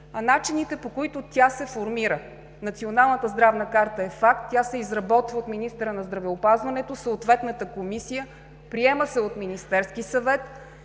начините, по които тя се формира. Националната здравна карта е факт, тя се изработва от министъра на здравеопазването, съответната комисия, приема се от Министерския съвет.